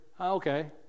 okay